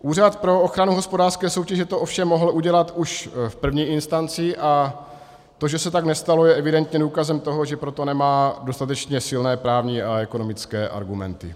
Úřad pro ochranu hospodářské soutěže to ovšem mohl udělat už v první instanci a to, že se tak nestalo, je evidentně důkazem toho, že pro to nemá dostatečně silné právní a ekonomické argumenty.